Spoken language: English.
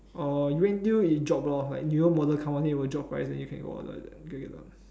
orh you wait til it drop lor like newer model come out then it will drop price then you can go order